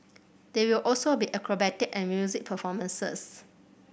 there will also be acrobatic and music performances